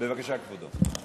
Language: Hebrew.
בבקשה, כבודו.